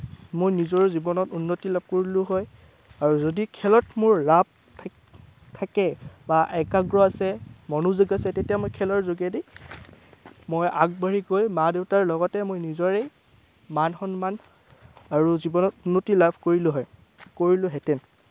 মোৰ নিজৰো জীৱনত উন্নতি লাভ কৰিলোঁ হয় আৰু যদি খেলত মোৰ ৰাপ থাকে বা একাগ্ৰ আছে মনোযোগ আছে তেতিয়া মই খেলৰ যোগেদি মই আগবাঢ়ি গৈ মা দেউতাৰ লগতে মই নিজৰে মান সন্মান আৰু জীৱনত উন্নতি লাভ কৰিলোঁ হয় কৰিলোঁহেঁতেন